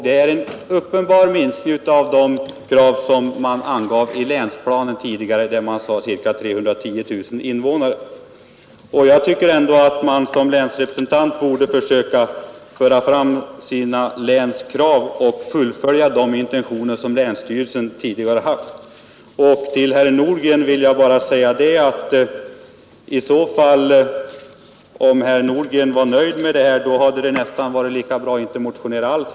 Det är en uppenbar minskning av de krav som angavs i länsplanen, där man angav ca 310 000 invånare. Jag tycker att man som länsrepresentant borde söka föra fram sitt läns krav och fullfölja de intentioner som länsstyrelsen tidigare haft. Till herr Nordgren vill jag säga att om han är nöjd med utskottets skrivning, hade det nästan varit lika bra att inte motionera alls.